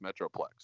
Metroplex